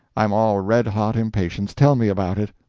i'm all red-hot impatience tell me about it!